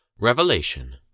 REVELATION